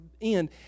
end